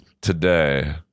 today